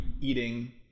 eating